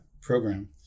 program